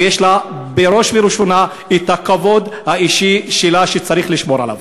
ויש לה בראש ובראשונה את הכבוד האישי שלה שצריך לשמור עליו.